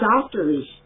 doctors